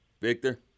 Victor